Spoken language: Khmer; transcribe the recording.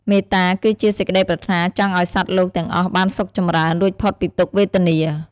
មេត្តា គឺជាសេចក្ដីប្រាថ្នាចង់ឱ្យសត្វលោកទាំងអស់បានសុខចម្រើន រួចផុតពីទុក្ខវេទនា។